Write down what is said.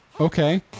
okay